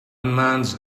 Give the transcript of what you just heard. mans